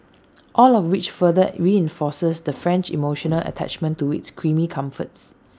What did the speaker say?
all of which further reinforces the French emotional attachment to its creamy comforts